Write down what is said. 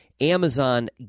Amazon